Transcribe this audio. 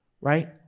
right